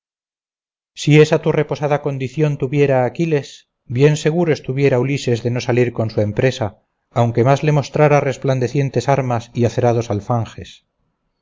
si esa tu reposada condición tuviera aquiles bien seguro estuviera ulises de no salir con su empresa aunque más le mostrara resplandecientes armas y acerados alfanjes vete